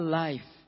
life